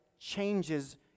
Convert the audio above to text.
changes